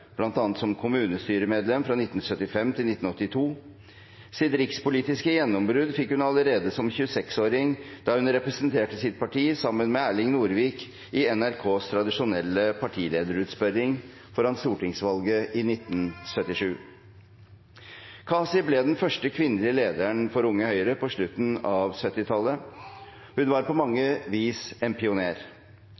bl.a. som kommunestyremedlem fra 1975 til 1981. Sitt rikspolitiske gjennombrudd fikk hun allerede som 26-åring, da hun representerte sitt parti sammen med Erling Norvik i NRKs tradisjonelle partilederutspørring foran stortingsvalget i 1977. Kaci ble den første kvinnelige lederen for Unge Høyre på slutten av 1970-tallet. Hun var på mange